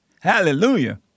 hallelujah